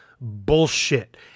bullshit